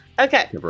Okay